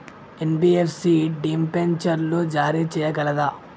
NBFC డిబెంచర్లు జారీ చేయగలదా?